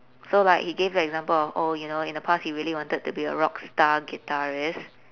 so like he gave an example of oh you know in the past he wanted to be a rock star guitarist